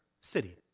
city